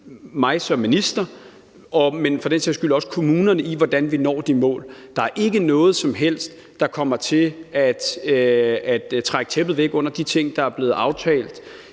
mig som minister, men for den sags skyld også kommunerne i, hvordan vi når de mål. Der er ikke noget som helst, der kommer til at trække tæppet væk under de ting, der er blevet aftalt